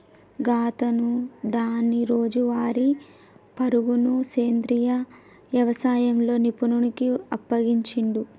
గాతను దాని రోజువారీ పరుగును సెంద్రీయ యవసాయంలో నిపుణుడికి అప్పగించిండు